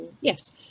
yes